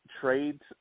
trades